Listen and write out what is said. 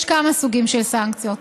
יש כמה סוגים של סנקציות.